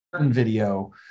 Video